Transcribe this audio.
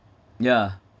yeah